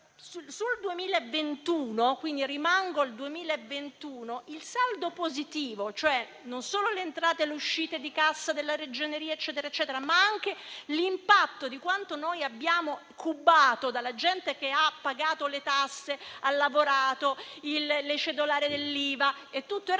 Sul 2021 - quindi rimango al 2021 - il saldo dato non solo dalle entrate e dalle uscite di cassa della Ragioneria, e via dicendo, ma anche dall'impatto di quanto noi abbiamo cubato dalla gente che ha pagato le tasse, ha lavorato, dalle cedolari dell'IVA e tutto il